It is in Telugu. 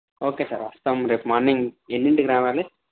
ఓకే సార్ వస్తాము రేపు మార్నింగ్ ఎన్నింటికి రావాలి